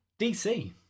DC